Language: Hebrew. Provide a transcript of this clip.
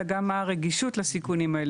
אלא גם מה הרגישות לסיכונים האלה.